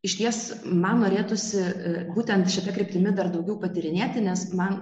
išties man norėtųsi būtent šita kryptimi dar daugiau patyrinėti nes man